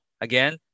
again